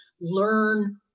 learn